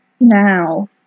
Now